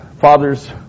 fathers